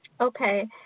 Okay